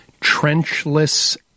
Trenchless